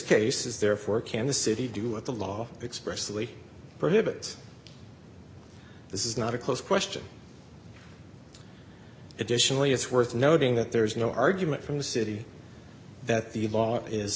case is therefore can the city do what the law expressly prohibits this is not a close question additionally it's worth noting that there is no argument from the city that the law is